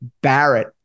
Barrett